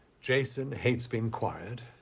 jason hates being quiet.